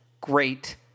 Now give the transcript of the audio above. Great